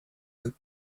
out